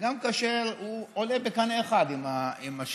וגם כאשר הוא עולה בקנה אחד עם השיקול